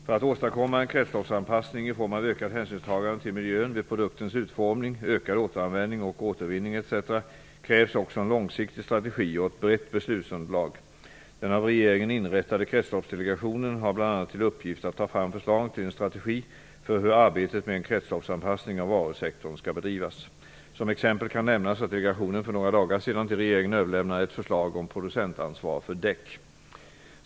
För att åstadkomma en kretsloppsanpassning i form av ökat hänsynstagande till miljön vid produktens utformning, ökad återanvändning och återvinning etc. krävs också en långsiktig strategi och ett brett beslutsunderlag. Den av regeringen inrättade Kretsloppsdelegationen har bl.a. till uppgift att ta fram förslag till en strategi för hur arbetet med en kretsloppsanpassning av varusektorn skall bedrivas. Som exempel kan nämnas att delegationen för några dagar sedan till regeringen överlämnade ett förslag om producentansvar för däck.